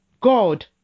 God